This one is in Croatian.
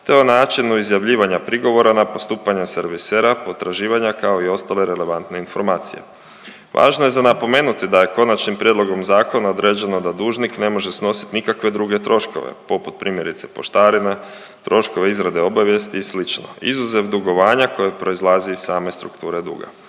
te o načinu izjavljivanja prigovora na postupanje servisera potraživanja, kao i ostale relevantne informacije. Važno je za napomenuti da je konačnim prijedlogom zakona određeno da dužnik ne može snositi nikakve druge troškove, poput, primjerice, poštarine, troškove izrade obavijesti i slično, izuzev dugovanja koje proizlazi iz same strukture duga.